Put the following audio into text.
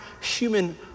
human